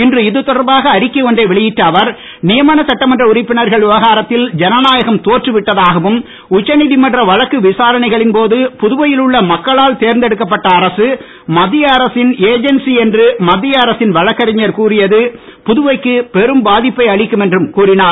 இன்று இதுதொடர்பாக அறிக்கை ஒன்றை வெளியிட்ட அவர் நியமன சட்டமன்ற உறுப்பினர்கள் விவகாரத்தில் ஜனநாயகம் தோற்றுவிட்டதாகவும் உச்சநீதிமன்ற வழக்கு மக்களால் விசாரணைகளின் போது புதுவையில் தேர்ந்தெடுக்கப்பட்ட அரசு மத்திய அரசின் ஏஜென்சி என்று மத்திய அரசு வழக்கறிஞர் கூறியது புதுவைக்கு பெரும் பாதிப்பை அளிக்கும் என்றும் கூறினார்